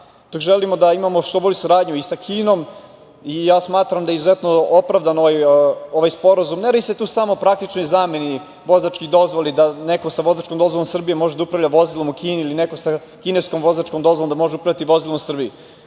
dok želimo da imamo i što bolju saradnju i sa Kinom, i smatram da je izuzetno opravdan ovaj sporazum, jer ne radi se tu samo o praktičnoj zameni vozačkih dozvola, da li neko sa vozačkom dozvolom Srbije može da upravlja vozilom u Kini ili neko sa sa kineskom vozačkom dozvolom da može upravljati vozilom u Srbiji.